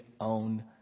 own